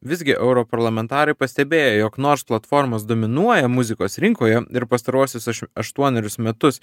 visgi euro parlamentarai pastebėjo jog nors platformos dominuoja muzikos rinkoje ir pastaruosius aš aštuonerius metus